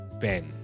pen